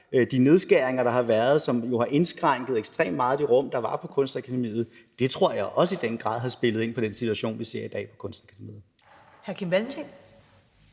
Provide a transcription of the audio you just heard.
de nedskæringer, der har været, som jo har indskrænket det rum, der var på Kunstakademiet, ekstremt meget – i den grad har spillet ind på den situation, vi ser i dag på Kunstakademiet.